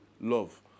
love